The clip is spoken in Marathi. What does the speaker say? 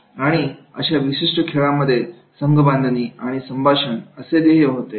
आणि अशा विशिष्ट खेळामध्ये संघबांधणी आणि संभाषण असे ध्येय होते